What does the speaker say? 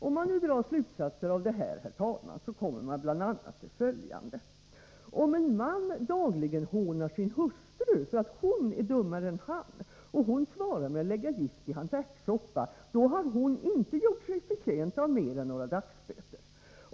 Om man drar slutsatserna av detta, herr talman, kommer man bl.a. fram till följande: Om en man dagligen hånar sin hustru för att hon är dummare än han, och hon svarar med att lägga gift i hans ärtsoppa, då har hon inte gjort sig förtjänt av mer än några dagsböter.